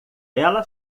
ela